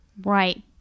Right